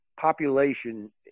Population